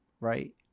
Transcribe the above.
right